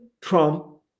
Trump